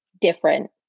different